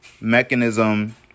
mechanism